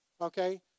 okay